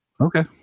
Okay